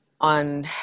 on